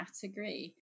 category